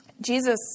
Jesus